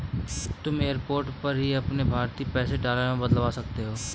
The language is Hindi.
तुम एयरपोर्ट पर ही अपने भारतीय पैसे डॉलर में बदलवा सकती हो